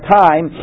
time